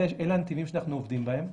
אלה הנתונים שאנחנו עובדים בהם.